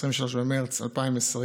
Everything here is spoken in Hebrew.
23 במרץ 2020,